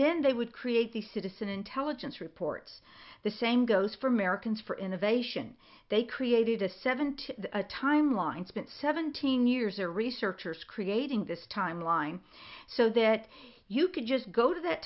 then they would create the citizen intelligence reports the same goes for americans for innovation they created a seven to a timeline spent seventeen years or researchers creating this timeline so that you could just go to that